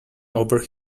over